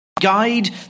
guide